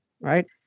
right